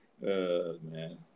man